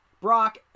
Brock